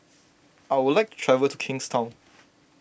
I would like to travel to Kingstown